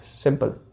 simple